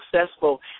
successful